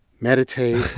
meditate.